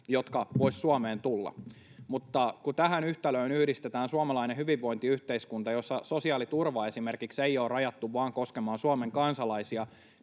jotka voisivat Suomeen tulla, mutta kun tähän yhtälöön yhdistetään suomalainen hyvinvointiyhteiskunta, jossa esimerkiksi sosiaaliturva ei ole rajattu koskemaan vain Suomen kansalaisia,